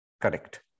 Correct